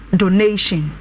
donation